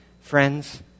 Friends